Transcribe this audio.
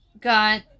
got